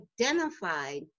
identified